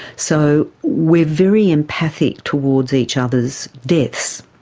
so we are very empathic towards each other's deaths,